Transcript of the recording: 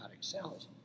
cells